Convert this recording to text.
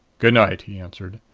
good night, he answered,